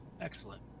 Excellent